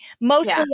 mostly